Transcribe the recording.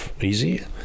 easy